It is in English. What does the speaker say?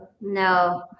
No